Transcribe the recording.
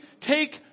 take